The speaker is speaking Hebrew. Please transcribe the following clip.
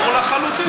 ברור לחלוטין.